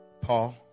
Paul